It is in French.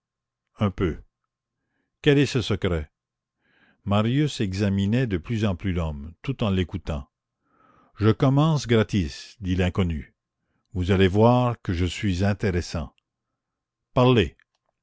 un peu quel est ce secret marius examinait de plus en plus l'homme tout en l'écoutant je commence gratis dit l'inconnu vous allez voir que je suis intéressant parlez